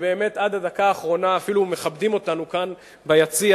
שבאמת עד הדקה האחרונה אפילו מכבדים אותנו כאן ביציע: